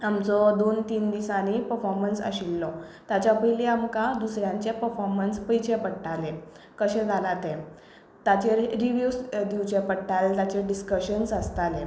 आमचो दोन तीन दिसांनी पफोमन्स आशिल्लो ताच्या पयली आमकां दुसऱ्यांचे पफोमन्स पळोवचे पडटाले कशें जाल्या ते ताचेर रिव्यूज दिवचे पडटाले ताचेर डिस्कशन्स आसताले